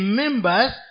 members